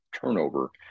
turnover